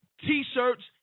T-shirts